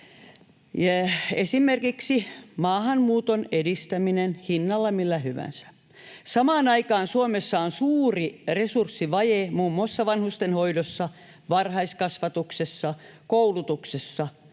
esimerkiksi maahanmuuton edistäminen hinnalla millä hyvänsä. Samaan aikaan Suomessa on suuri resurssivaje muun muassa vanhustenhoidossa, varhaiskasvatuksessa ja koulutuksessa,